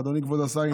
אדוני כבוד השר,